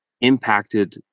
impacted